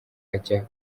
ajya